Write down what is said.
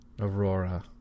Aurora